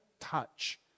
touch